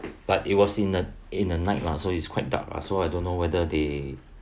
but it was in a in a night lah so it's quite dark lah so I don't know whether they